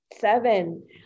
Seven